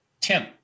Tim